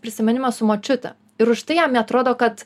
prisiminimas su močiute ir už tai jam neatrodo kad